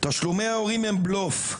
"תשלומי ההורים הם בלוף.